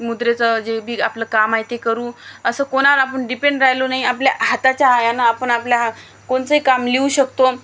मुद्रेचं जे बी आपलं काम आहे ते करू असं कोणावर आपण डिपेंड राहिलो नाही आपल्या हाताच्या आयानं आपण आपल्या हा कोणचंही काम लिहू शकतो